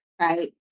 right